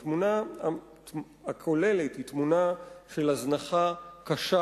התמונה הכוללת היא תמונה של הזנחה קשה